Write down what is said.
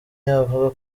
avuga